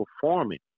performing